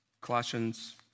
Colossians